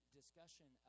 discussion